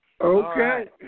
Okay